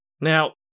Now